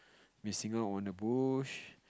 missing out on a bush